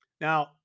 Now